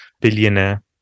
billionaire